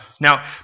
Now